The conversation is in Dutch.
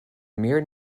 meer